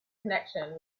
connection